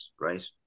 right